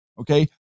okay